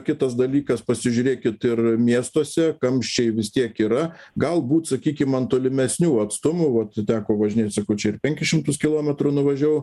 kitas dalykas pasižiūrėkit ir miestuose kamščiai vis tiek yra galbūt sakykim ant tolimesnių atstumų vat teko važinėt sakau čia ir penkis šimtus kilometrų nuvažiavau